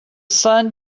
sun